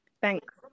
Thanks